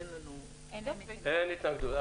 אין התנגדות.